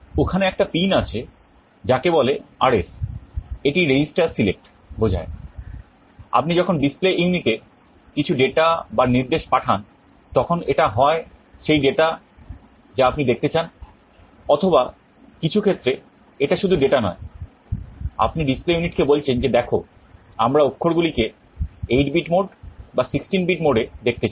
ওখানে একটা পিন আছে যাকে বলে RS এটি রেজিস্টার সিলেক্ট বা 16 বিট মোড এ দেখাতে চাই